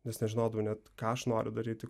nes nežinodavau net ką aš noriu daryti